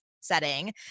setting